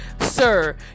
sir